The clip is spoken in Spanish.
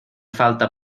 falta